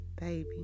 baby